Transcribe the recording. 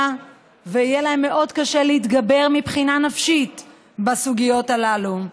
ויהיה להם מאוד קשה להתגבר מבחינה נפשית בסוגיות הללו.